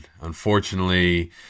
Unfortunately